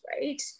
Right